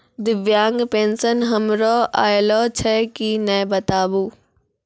दिव्यांग पेंशन हमर आयल छै कि नैय बताबू?